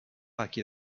acquit